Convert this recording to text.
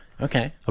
Okay